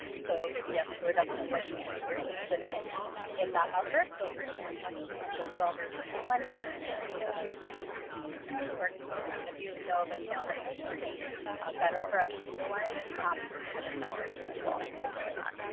so yes, we are definitely working. and if you are interested in in that effort, feel free to contact us as well. there is plenty plenty of work to go around. if you know of a channel you think would be better for us to utilize, happy to pivot in that direction as well, consider that.